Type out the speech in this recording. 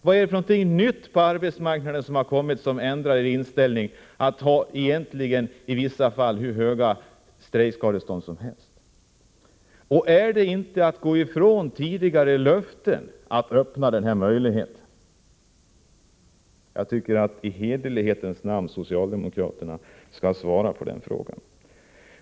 Vad har det kommit för nytt på arbetsmarknaden som gör att er inställning är att det kan utdömas nästan hur höga strejkskadestånd som helst i vissa fall? Är det inte att frångå tidigare löften? Jag tycker att socialdemokraterna i hederlighetens namn skall besvara de frågorna.